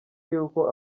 y’uko